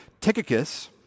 Tychicus